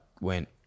went